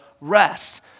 rest